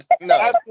No